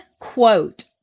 quote